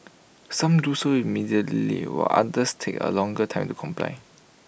some do so immediately while others take A longer time to comply